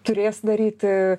turės daryti